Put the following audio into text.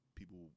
people